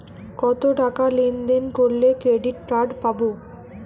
কতটাকা লেনদেন করলে ক্রেডিট কার্ড পাব?